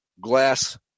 glass